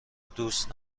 دوست